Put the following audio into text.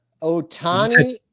Otani